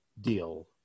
deal